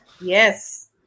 Yes